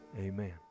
Amen